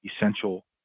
essential